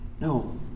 No